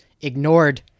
ignored